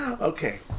okay